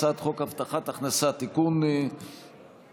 הצעת חוק הבטחת הכנסה (תיקון מס'